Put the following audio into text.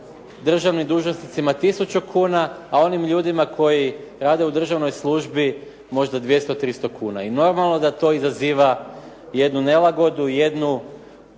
državnim dužnosnicima tisuću kuna a onim ljudima koji rade u državnoj službi možda 200, 300 kuna. I normalno da to izaziva jednu nelagodu, jedan